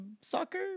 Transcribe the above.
soccer